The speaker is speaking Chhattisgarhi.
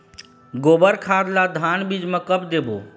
गोबर खाद ला धान बीज म कब देबो?